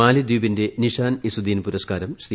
മാലി ദ്വീപിന്റെ നിഷാൻ ഇസുദ്ദീൻ പുരസ്ക്കാരം ശ്രീ